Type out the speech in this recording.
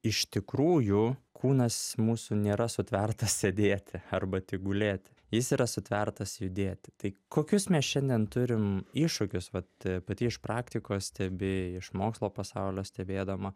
iš tikrųjų kūnas mūsų nėra sutvertas sėdėti arba tik gulėti jis yra sutvertas judėti tai kokius mes šiandien turim iššūkius vat pati iš praktikos stebi iš mokslo pasaulio stebėdama